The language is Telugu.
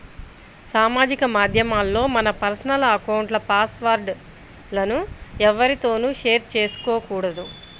సామాజిక మాధ్యమాల్లో మన పర్సనల్ అకౌంట్ల పాస్ వర్డ్ లను ఎవ్వరితోనూ షేర్ చేసుకోకూడదు